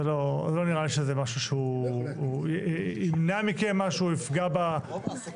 זה לא נראה לי שזה משהו שהוא ימנע מכם משהו או יפגע ברשות המקומית.